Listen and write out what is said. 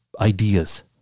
ideas